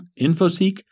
Infoseek